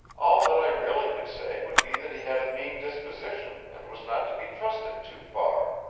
all that i really could say would be that he had a mean disposition and was not to be trusted too far.